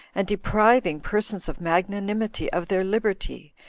and depriving persons of magnanimity of their liberty,